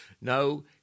No